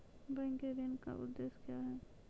Bank के ऋण का उद्देश्य क्या हैं?